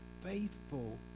faithful